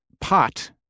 pot